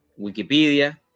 Wikipedia